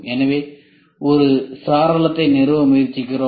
எனவே நாம் ஒரு சாளரத்தை நிறுவ முயற்சிக்கிறோம்